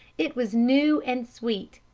it was new and sweet.